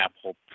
Apple